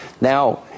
now